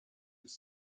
ist